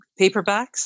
paperbacks